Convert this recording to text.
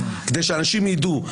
כדי שאנשים ידעו,